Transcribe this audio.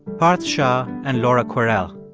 parth shah and laura kwerel.